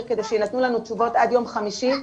כדי שיינתנו לנו תשובות עד יום חמישי,